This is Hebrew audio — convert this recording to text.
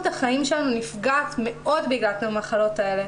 החיים שלנו נפגעת מאוד בגלל כל המחלות האלה,